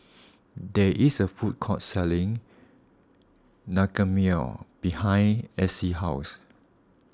there is a food court selling Naengmyeon behind Acey's house